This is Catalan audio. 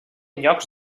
llocs